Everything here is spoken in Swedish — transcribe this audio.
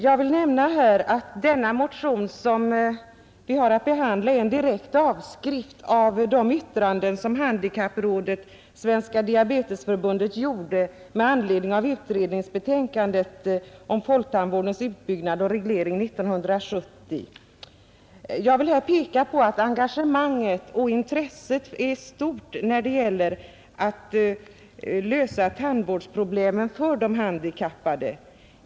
Jag vill peka på att den motion som vi har att behandla är en direkt avskrift av de yttranden som handikapprådet och Svenska diabetesförbundet avgav med anledning av utredningsbetänkandet om folktandvårdens utbyggnad och reglering 1970. Engagemanget och intresset är stort när det gäller att lösa tandvårdsproblemen för de handikappade.